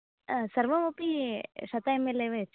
सर्वमपि शत M L एव यच्छन्तु